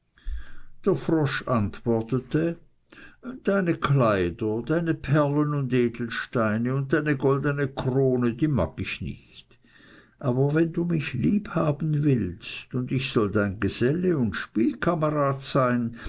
der frosch antwortete deine kleider deine perlen und edelsteine und deine goldene krone die mag ich nicht aber wenn du mich lieb haben willst und ich soll dein geselle und spielkamerad sein